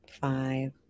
five